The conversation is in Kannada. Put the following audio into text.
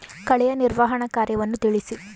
ಕಳೆಯ ನಿರ್ವಹಣಾ ಕಾರ್ಯವನ್ನು ತಿಳಿಸಿ?